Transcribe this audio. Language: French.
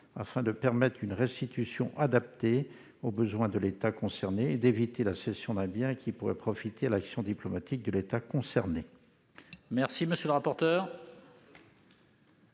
afin de permettre une restitution adaptée aux besoins de l'État concerné et d'éviter la cession d'un bien qui pourrait profiter à l'action diplomatique de l'État concerné. Quel est l'avis de